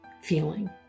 feeling